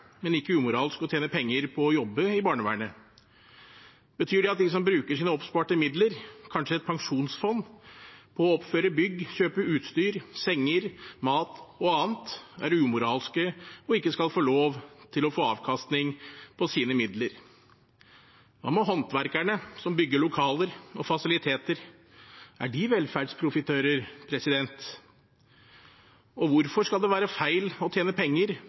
men ikke umoralsk å tjene penger på å jobbe i barnevernet? Betyr det at de som bruker av sine oppsparte midler, kanskje et pensjonsfond, på å oppføre bygg, kjøpe utstyr, senger, mat og annet, er umoralske og ikke skal få lov til å få avkastning på sine midler? Hva med håndverkerne, som bygger lokaler og fasiliteter? Er de velferdsprofitører? Og hvorfor skal det være feil å tjene penger